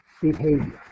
behavior